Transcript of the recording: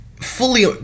fully